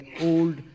old